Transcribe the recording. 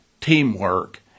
teamwork